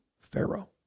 Pharaoh